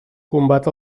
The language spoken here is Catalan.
combat